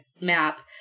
map